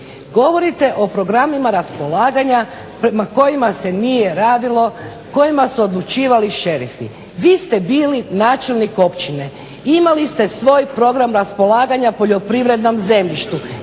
Govorite o programima raspolaganja prema kojima se nije radilo, kojima su odlučivali šerifi. Vi ste bili načelnik općine, imali ste svoj program raspolaganja poljoprivrednom zemljištu.